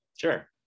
Sure